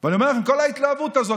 ואני אומר לכם: כל ההתלהבות הזאת,